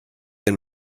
and